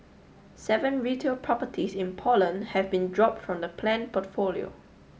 seven retail properties in Poland have been dropped from the planned portfolio